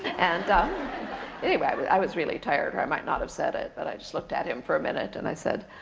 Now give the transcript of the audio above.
and anyway, i was really tired, or i might not have said it, but i just looked at him for a minute, and i said,